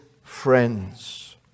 friends